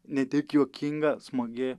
ne tik juokinga smagi